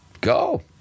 go